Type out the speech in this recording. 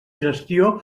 gestió